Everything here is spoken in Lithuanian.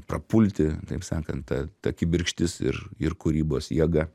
prapulti taip sakant ta ta kibirkštis ir ir kūrybos jėga